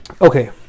Okay